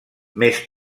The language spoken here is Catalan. més